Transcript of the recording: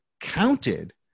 counted